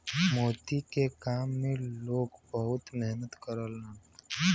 मोती के काम में लोग बहुत मेहनत करलन